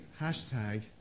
hashtag